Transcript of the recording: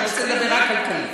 אני רוצה לדבר רק כלכלית.